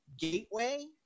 Gateway